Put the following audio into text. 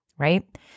Right